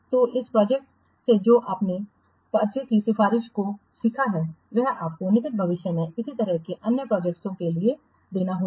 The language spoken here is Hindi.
तो इस प्रोजेक्ट से जो आपने पर्चे की सिफारिश को सीखा है वह आपको निकट भविष्य में इसी तरह की अन्य प्रोजेक्टओं के लिए देगा